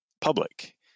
public